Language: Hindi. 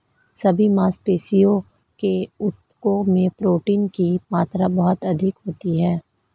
सभी मांसपेशियों के ऊतकों में प्रोटीन की मात्रा बहुत अधिक होती है